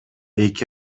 эки